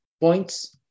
points